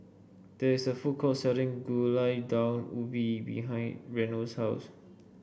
there is a food court selling Gulai Daun Ubi behind Reno's house